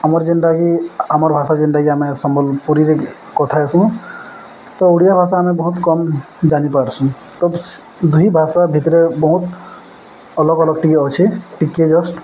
ଆମର୍ ଯେନ୍ଟାକି ଆମର୍ ଭାଷା ଯେନ୍ଟାକି ଆମେ ସମ୍ବଲପୁରୀରେ କଥା ଆସୁଁ ତ ଓଡ଼ିଆ ଭାଷା ଆମେ ବହୁତ୍ କମ୍ ଜାନିପାର୍ ତ ଦୁଇ ଭାଷା ଭିତରେ ବହୁତ୍ ଅଲଗ ଅଲଗ ଟିକେ ଅଛେ ଟିକେ ଜଷ୍ଟ